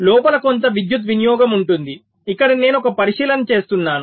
లోపల కొంత విద్యుత్ వినియోగం ఉంటుంది ఇక్కడ నేను ఒక పరిశీలన చేస్తున్నాను